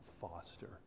foster